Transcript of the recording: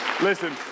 Listen